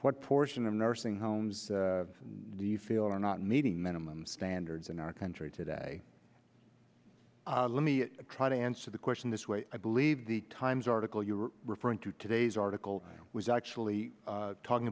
what portion of nursing homes do you feel are not meeting minimum standards in our country today let me try to answer the question this way i believe the times article you're referring to today's article was actually talking